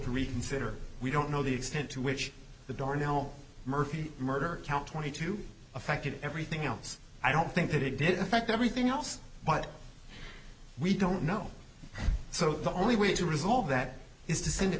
reconsider we don't know the extent to which the door now murphy murder count twenty two affected everything else i don't think that it did affect everything else but we don't know so the only way to resolve that is to send it